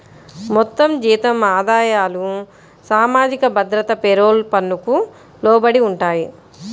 మొత్తం జీతం ఆదాయాలు సామాజిక భద్రత పేరోల్ పన్నుకు లోబడి ఉంటాయి